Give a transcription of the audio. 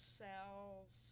cells